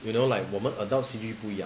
you know like 我们 adults C_G 不一样